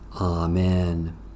Amen